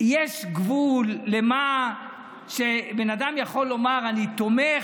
יש גבול לכך שבן אדם יכול לומר: אני תומך